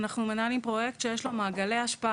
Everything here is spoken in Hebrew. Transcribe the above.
אנחנו מנהלים פרויקט שיש לו מעגלי השפעה